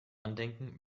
andenken